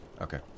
Okay